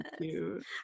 cute